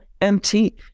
empty